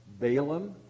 Balaam